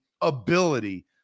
ability